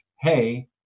hey